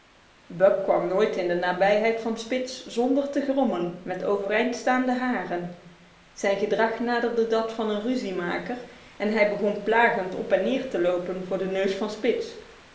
buck kwam nooit in de nabijheid van spitz zonder te grommen met overeind staande haren zijn gedrag naderde dat van een ruziemaker en hij begon plagend op en neer te lopen voor de neus van spitz